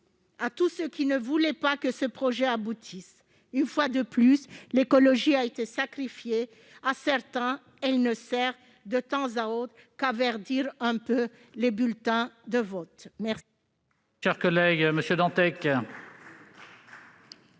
À tous ceux qui ne voulaient pas que ce projet aboutisse. Une fois de plus, l'écologie a été sacrifiée. À certains, elle ne sert, de temps à autre, qu'à verdir un peu les bulletins de vote !